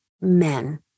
men